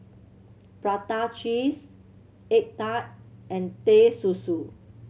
prata cheese egg tart and Teh Susu